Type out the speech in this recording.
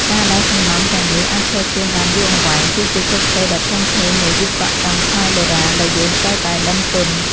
ការដែលសំណង់ទាំងនេះអាចឈរជើងបានយូរអង្វែងគឺជាជោគជ័យដ៏ធំធេងនៃវិស្វកម្មខ្មែរបុរាណដែលយើងត្រូវតែដឹងគុណ។